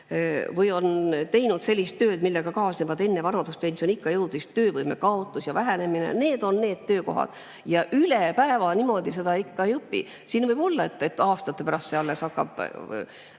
või on nad teinud sellist tööd, millega kaasnevad enne vanaduspensioniikka jõudmist töövõime kaotus või vähenemine – need on need töökohad. Ja üle päeva [uut ametit] ikka ei õpi. Siin võib olla, et alles aastate pärast see hakkab